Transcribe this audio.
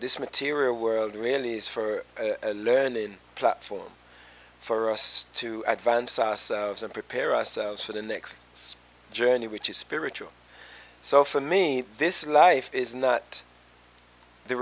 this material world really is for learning platform for us to advance our selves and prepare ourselves for the next journey which is spiritual so for me this life is not the